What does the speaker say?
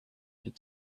had